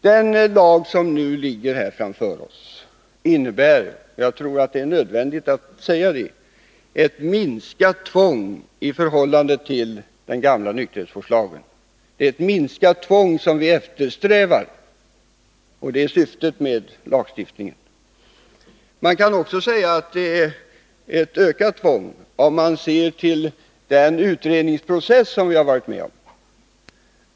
Det lagförslag som nu ligger framför oss innebär — jag tror att det är nödvändigt att säga det — ett minskat tvång i förhållande till den gamla nykterhetsvårdslagen. Vi eftersträvar ett minskat tvång, och det är syftet med lagstiftningen. Men man kan också säga att det handlar om ett ökat tvång, om man ser till den utredningsprocess som vi har varit med om.